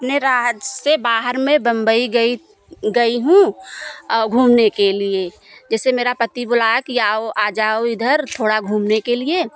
अपने राज्य से बाहर मैं बंबई गई गई हूँ घूमने के लिए जिससे मेरा पति बुलाया कि आओ आ जाओ इधर थोड़ा घूमने के लिए